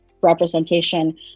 representation